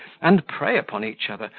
and prey upon each other,